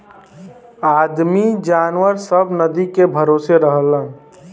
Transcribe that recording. आदमी जनावर सब नदी के भरोसे रहलन